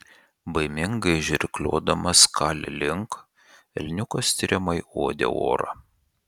baimingai žirgliodamas kali link elniukas tiriamai uodė orą